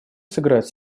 сыграть